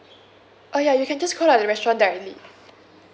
oh ya you can just call up the restaurant directly